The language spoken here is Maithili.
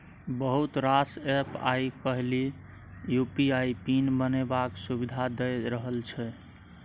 बहुत रास एप्प आइ काल्हि यु.पी.आइ पिन बनेबाक सुविधा दए रहल छै